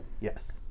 Yes